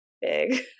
big